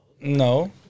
No